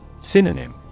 Synonym